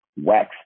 wax